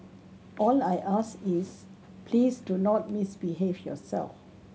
all I ask is please do not misbehave yourself